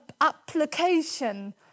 application